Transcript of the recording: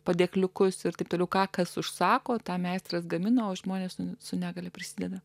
padėkliukus ir taip toliau ką kas užsako tą meistras gamino žmonės su negalia prisideda